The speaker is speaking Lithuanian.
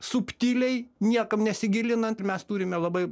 subtiliai niekam nesigilinant mes turime labai